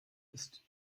ist